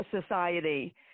society